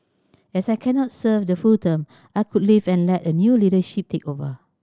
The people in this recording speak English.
as I cannot serve the full term I could leave and let the new leadership take over